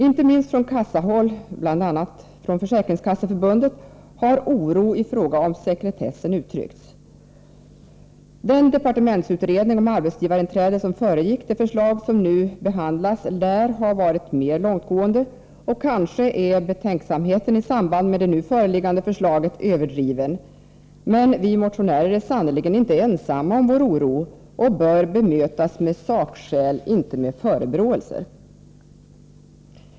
Inte minst från kassahåll och bl.a. från Försäkringskasseför bundet har oro i fråga om sekretessen uttryckts. Den departementsutredning om arbetsgivarinträde som föregick det förslag som nu behandlas lär ha varit mer långtgående, och kanske är betänksamheten i samband med det nu föreliggande förslaget överdriven. Men vi motionärer är sannerligen inte ensamma om vår oro och bör bemötas med sakskäl, inte med förebråelser.